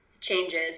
changes